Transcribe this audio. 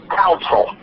council